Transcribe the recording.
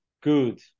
good